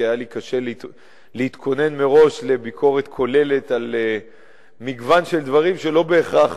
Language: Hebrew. כי היה לי קשה להתכונן מראש לביקורת כוללת על מגוון של דברים שלא בהכרח